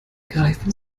greifen